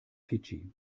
fidschi